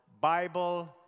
Bible